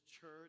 church